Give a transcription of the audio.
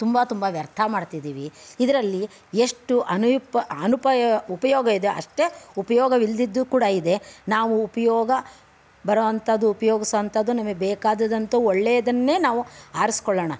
ತುಂಬ ತುಂಬ ವ್ಯರ್ಥ ಮಾಡ್ತಿದ್ದೀವಿ ಇದರಲ್ಲಿ ಎಷ್ಟು ಅನವಿಪ್ಪ ಅನುಪಾಯ ಉಪಯೋಗ ಇದೆ ಅಷ್ಟೇ ಉಪಯೋಗವಿಲ್ಲದಿದ್ದು ಕೂಡ ಇದೆ ನಾವು ಉಪಯೋಗ ಬರೋವಂಥದ್ದು ಉಪಯೋಗಿಸೋವಂಥದ್ದು ನಮಗೆ ಬೇಕಾದಂಥ ಒಳ್ಳೆಯದನ್ನೇ ನಾವು ಆರಿಸ್ಕೊಳ್ಳೋಣ